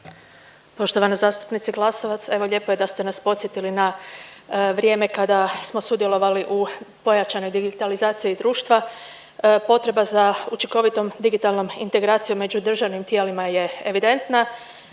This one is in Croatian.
Poštovana zastupnice Glasovac evo lijepo je da ste nas podsjetili na vrijeme kada smo sudjelovali u pojačanoj digitalizaciji društva. Potreba za učinkovitom digitalnom integracijom među državnim tijelima je evidentna,